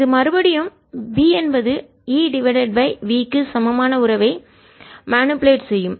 இது மறுபடியும் B என்பது Ev க்கு சமமான உறவை மனுப்புலேட் கையாளவும் செய்யும்